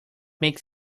makes